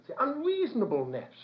unreasonableness